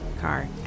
Car